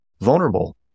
vulnerable